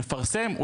לפרסם,